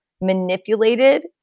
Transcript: manipulated